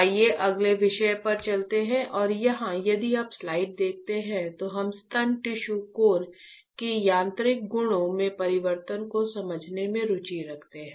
आइए अगले विषय पर चलते हैं और यहां यदि आप स्लाइड देखते हैं तो हम स्तन टिश्यू कोर के यांत्रिक गुणों में परिवर्तन को समझने में रुचि रखते हैं